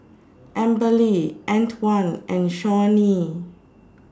Amberly Antwon and Shawnee